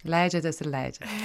leidžiatės ir leidžiatės